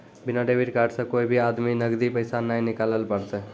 बिना debit card से कोय भी आदमी नगदी पैसा नाय निकालैल पारतै